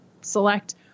select